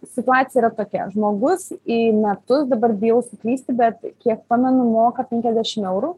situacija yra tokia žmogus į metus dabar bijau suklysti bet kiek pamenu moka penkiasdešim eurų